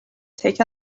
take